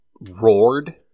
roared